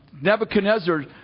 Nebuchadnezzar